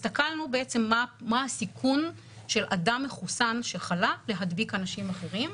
הסתכלנו מה הסיכון של אדם מחוסן שחלה להדביק אנשים אחרים.